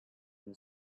been